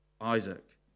Isaac